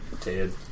Ted